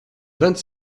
vingt